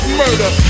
murder